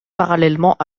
parallèlement